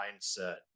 Mindset